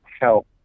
help